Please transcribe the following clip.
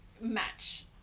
match